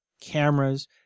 cameras